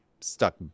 stuck